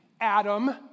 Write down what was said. Adam